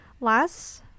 Last